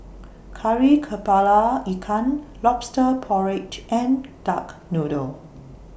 Kari Kepala Ikan Lobster Porridge and Duck Noodle